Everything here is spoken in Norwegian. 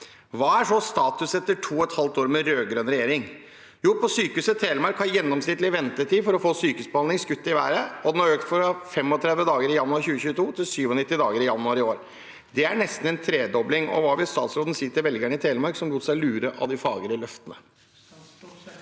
Hva er så status etter 2,5 år med rød-grønn regjering: På Sykehuset Telemark har gjennomsnittlig ventetid for å få sykehusbehandling skutt i været, og har økt fra 35 dager i januar 2022 til 97 dager i januar i år. Det er nesten en tredobling! Hva vil statsråden si til velgerne i Telemark som lot seg lure av de fagre løftene?»